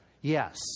Yes